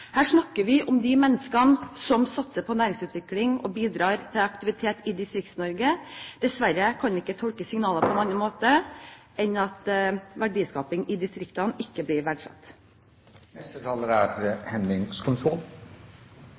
snakker vi om de menneskene som satser på næringsutvikling og bidrar til aktivitet i Distrikts-Norge. Dessverre kan vi ikke tolke signalene på annen måte enn at verdiskaping i distriktene ikke blir